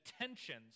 tensions